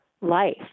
life